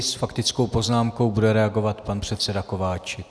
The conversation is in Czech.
S faktickou poznámkou bude reagovat pan předseda Kováčik.